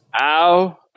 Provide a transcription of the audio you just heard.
Ow